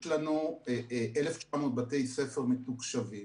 יש לנו 1,900 בתי ספר מתוקשבים.